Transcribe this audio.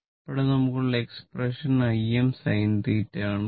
ഇവിടെ നമുക്ക് ഉള്ള എക്സ്പ്രെഷൻ Im sinθ ആണ്